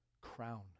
crown